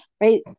right